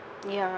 ya